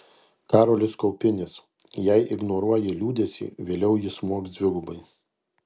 karolis kaupinis jei ignoruoji liūdesį vėliau jis smogs dvigubai